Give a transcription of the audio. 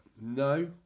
No